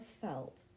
felt